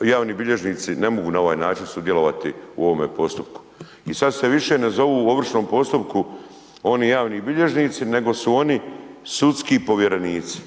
javni bilježnici ne mogu na ovaj način sudjelovati u ovome postupku i sada se više ne zovu u ovršnom postupku oni javni bilježnici nego su oni sudski povjerenici.